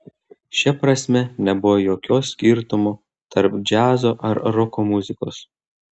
šia prasme nebuvo jokio skirtumo tarp džiazo ar roko muzikos